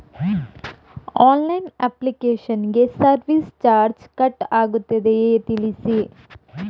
Online application ಗೆ service charge cut ಆಗುತ್ತದೆಯಾ ತಿಳಿಸಿ?